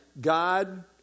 God